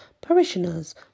parishioners